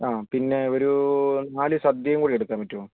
പിന്നെ ഒരു നാല് സദ്ദ്യക്കൂടെ എടുക്കാൻ പറ്റുമോ